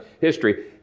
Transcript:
history